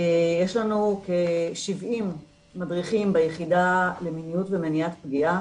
יש לנו כ-70 מדריכים ביחידה למיניות ומניעת פגיעה